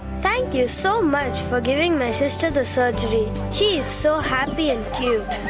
thank you so much for giving my sister the surgery. she is so happy and cute.